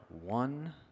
one